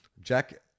Jack